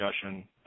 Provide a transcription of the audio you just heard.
discussion